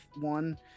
one